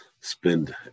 spend